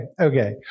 Okay